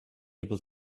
able